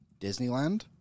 Disneyland